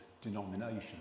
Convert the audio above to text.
denomination